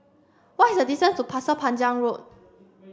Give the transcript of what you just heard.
what is the distance to Pasir Panjang Road